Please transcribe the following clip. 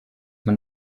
man